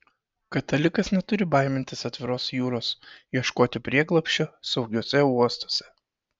katalikas neturi baimintis atviros jūros ieškoti prieglobsčio saugiuose uostuose